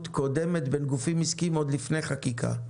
קודמת בין גופים עסקיים עוד לפני חקיקה.